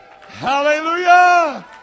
Hallelujah